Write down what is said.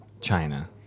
China